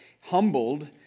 Humbled